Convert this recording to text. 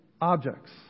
objects